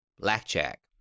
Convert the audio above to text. Blackjack